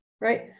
right